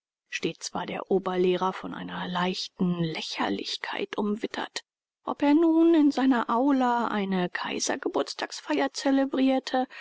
stets war der oberlehrer von einer leichten lächerlichkeit umwittert ob er nun in seiner aula eine kaisergeburtstagsfeier zelebrierte